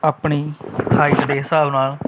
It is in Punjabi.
ਆਪਣੀ ਹਾਈਟ ਦੇ ਹਿਸਾਬ ਨਾਲ